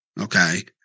Okay